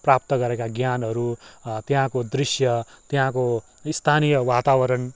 प्राप्त गरेका ज्ञानहरू त्यहाँको दृश्य त्यहाँको स्थानीय वातावरण